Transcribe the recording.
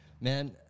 Man